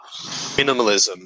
minimalism